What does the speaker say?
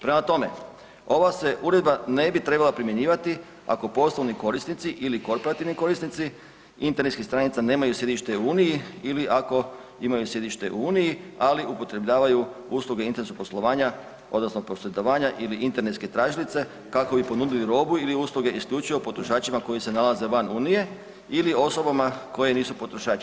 Prema tome, ova se uredba ne bi trebala primjenjivati ako poslovni korisni ili korporativni korisnici internetskih stranica nemaju središte u Uniji ili ako imaju sjedište u Uniji, ali upotrjebljuju usluge internetskog poslovanja odnosno posredovanja ili internetske tražilice kako bi ponudili robu ili usluge isključivo potrošačima koji se nalaze van Unije ili osobama koje nisu potrošači.